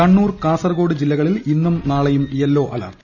കണ്ണൂർ കാസർകോട് ജില്ല കളിൽ ഇന്നും നാളെയും യെല്ലോ അലർട്ട്